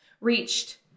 reached